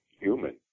human